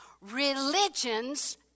Religions